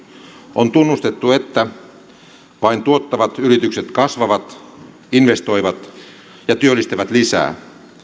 on tunnustettu että vain tuottavat yritykset kasvavat investoivat ja työllistävät lisää